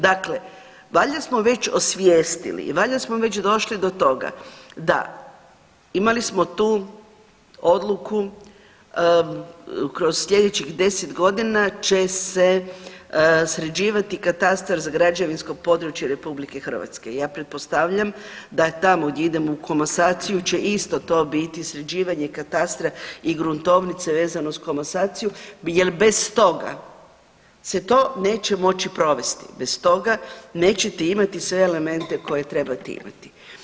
Dakle, valjda smo već osvijestili i valjda smo već došli do toga da imali smo tu odluku kroz sljedećih deset godina će se sređivati katastar za građevinsko područje RH i ja pretpostavljam da tamo gdje idemo u komasaciju će isto to biti sređivanje katastra i gruntovnice vezano uz komasaciju jer bez toga se to neće moći provesti, bez toga nećete imati sve elemente koje trebate imati.